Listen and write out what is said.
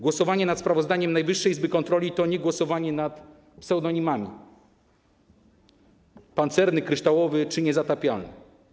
Głosowanie nad sprawozdaniem Najwyższej Izby Kontroli to nie głosowanie nad pseudonimami - pancerny, kryształowy czy niezatapialny.